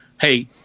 hey